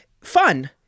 fun